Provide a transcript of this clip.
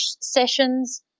sessions